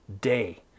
day